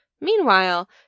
Meanwhile